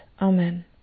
Amen